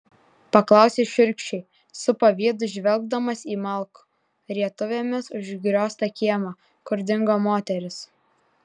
paklausė šiurkščiai su pavydu žvelgdamas į malkų rietuvėmis užgrioztą kiemą kur dingo moterys